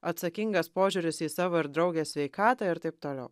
atsakingas požiūris į savo ir draugės sveikatą ir taip toliau